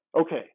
okay